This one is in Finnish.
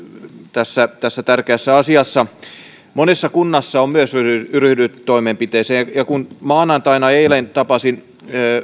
tässä tässä tärkeässä asiassa monessa kunnassa on myös ryhdytty toimenpiteisiin ja kun maanantaina eilen tapasin